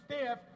staff